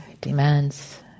demands